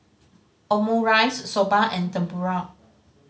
Omurice Soba and Tempura